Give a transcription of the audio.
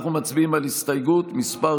אנחנו מצביעים על הסתייגות מס'